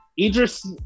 Idris